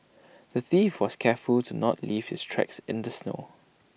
the thief was careful to not leave his tracks in the snow